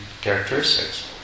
characteristics